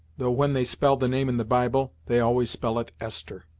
though when they spell the name in the bible, they always spell it esther.